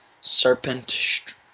Serpent